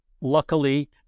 luckily